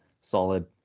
solid